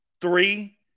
three